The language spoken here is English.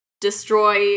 destroy